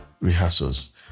rehearsals